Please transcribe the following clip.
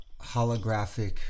holographic